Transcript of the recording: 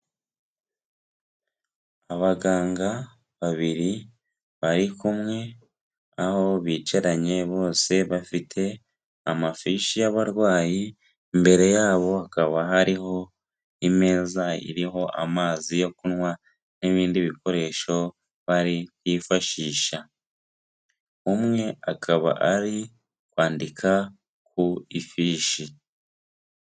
Abaganga babiri bari kumwe aho bicaranye bose bafite amafishi y'abarwayi, imbere yabo hakaba hariho imeza iriho amazi yo kunywa n'ibindi bikoresho bari kwifashisha, umwe akaba ari kwandika ku ifishi.